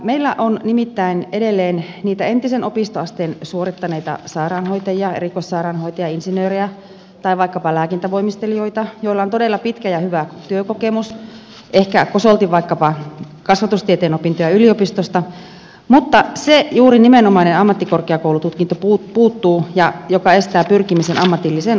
meillä on nimittäin edelleen niitä entisen opistoasteen suorittaneita sairaanhoitajia erikoissairaanhoitajia insinöörejä tai vaikkapa lääkintävoimistelijoita joilla on todella pitkä ja hyvä työkokemus ehkä kosolti vaikkapa kasvatustieteen opintoja yliopistosta mutta se juuri nimenomainen ammattikorkeakoulututkinto puuttuu mikä estää pyrkimisen ammatilliseen opettajakorkeakouluun